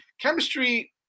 chemistry